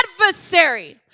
adversary